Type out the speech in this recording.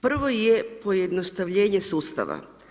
Prvo je pojednostavljenje sustava.